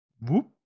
whoop